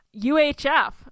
UHF